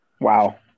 Wow